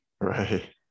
Right